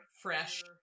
fresh